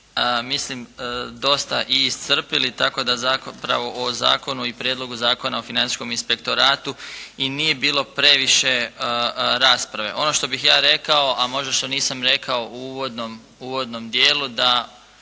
mislim dosta i iscrpili, tako da zapravo o zakonu i Prijedlogu zakona o Financijskom inspektoratu i nije bilo previše rasprave. Ono što bih ja rekao, a možda što nisam rekao u uvodnom dijelu da